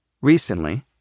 recently